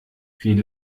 wie